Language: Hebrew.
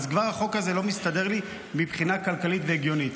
אז כבר החוק הזה לא מסתדר לי מבחינה כלכלית והגיונית.